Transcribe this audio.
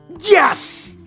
Yes